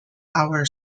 power